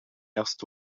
ernst